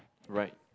right